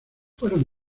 fueron